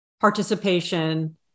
participation